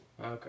okay